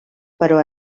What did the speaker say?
però